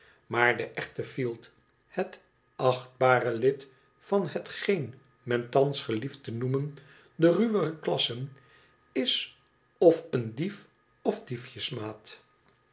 maar de echte fielt het achtbare lid van hetgeen men thans gelieft te noemen de ruwere klassen is of een dief of